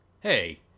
Hey